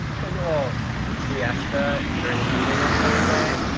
took a little siesta during the evening of the second day.